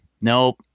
Nope